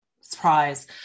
surprise